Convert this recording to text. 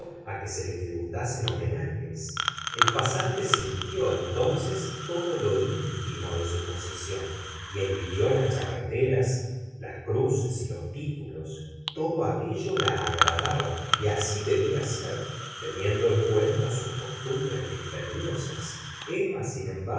que se le tributasen homenajes el pasante sintió entonces todo lo ínfimo de su posición y envidió las charreteras las cruces y los titulos todo aquello la agradaba y asi debia ser teniendo en cuenta sus costumbres dispendiosas emma sin embargo